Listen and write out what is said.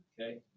okay